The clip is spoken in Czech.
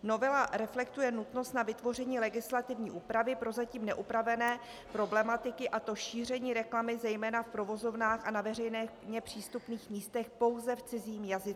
Novela reflektuje nutnost vytvoření legislativní úpravy prozatím neupravené problematiky, a to šíření reklamy zejména v provozovnách a na veřejně přístupných místech pouze v cizím jazyce.